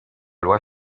loi